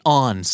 on